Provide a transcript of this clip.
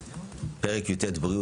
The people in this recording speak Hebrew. פרק י"ט (בריאות),